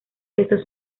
estos